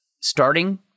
starting